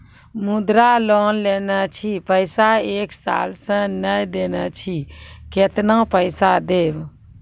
मुद्रा लोन लेने छी पैसा एक साल से ने देने छी केतना पैसा देब?